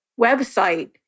website